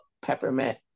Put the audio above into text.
Peppermint